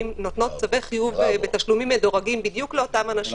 נותנות צווי חיוב בתשלומים מדורגים בדיוק לאותם אנשים